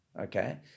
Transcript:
Okay